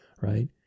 right